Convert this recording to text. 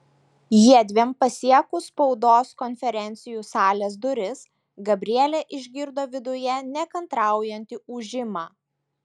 jiedviem pasiekus spaudos konferencijų salės duris gabrielė išgirdo viduje nekantraujantį ūžimą